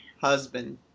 husband